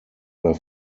were